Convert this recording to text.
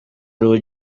ariwe